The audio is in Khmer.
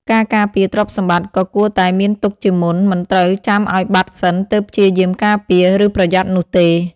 ការការពារទ្រព្យសម្បត្តិក៏គួរតែមានទុកជាមុន មិនត្រូវចាំឱ្យបាត់សិនទើបព្យាយាមការពារ ឬប្រយ័ត្ននោះទេ។